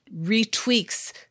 retweaks